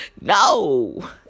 No